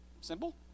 Simple